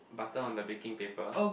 butter on the baking paper